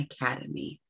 Academy